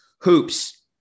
Hoops